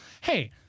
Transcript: hey